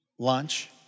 lunch